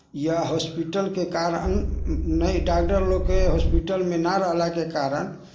या हॉस्पिटलके कारण नहि डागदर लोकके हॉस्पिटलमे नहि रहलाक कारण